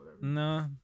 No